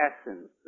essence